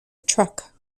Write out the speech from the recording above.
truck